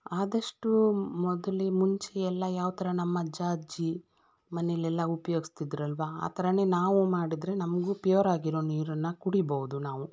ಆದಷ್ಟೂ ಮೊದಲ ಮುಂಚೆ ಎಲ್ಲ ಯಾವ ಥರ ನಮ್ಮ ಅಜ್ಜ ಅಜ್ಜಿ ಮನೆಯಲ್ಲೆಲ್ಲ ಉಪಯೋಗ್ಸ್ತಿದ್ರಲ್ವ ಆ ಥರನೇ ನಾವೂ ಮಾಡಿದರೆ ನಮಗೂ ಪ್ಯೂರ್ ಆಗಿರೊ ನೀರನ್ನು ಕುಡಿಬೌದು ನಾವು